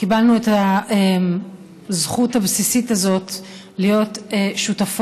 קיבלנו את הזכות הבסיסית הזאת להיות שותפות